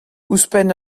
ouzhpenn